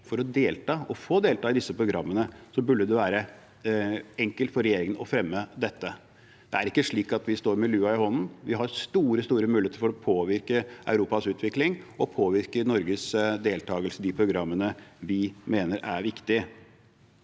og få delta i disse programmene, burde det være enkelt for regjeringen å fremme dette. Det er ikke slik at vi står med lua i hånden. Vi har store, store muligheter for å påvirke Europas utvikling og påvirke Norges deltakelse i de programmene vi mener er viktige.